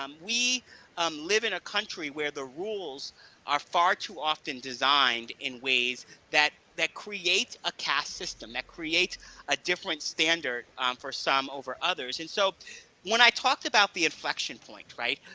um we um live in a country where the rules are far too often designed in ways that that create a caste system, that create a different standard for some over others, and so when i talked about the inflection point, right,